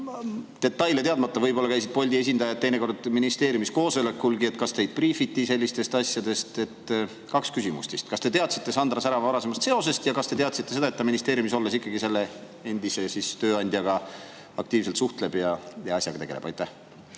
teadmata [mõtlen], et võib-olla käisid Bolti esindajad teinekord ministeeriumis koosolekulgi. Kas teid briifiti sellistest asjadest? Kaks küsimust: kas te teadsite Sandra Särava varasemast seosest ja kas te teadsite seda, et ta ministeeriumis olles ikkagi selle endise tööandjaga aktiivselt suhtleb ja asjaga tegeleb? Härra